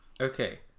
Okay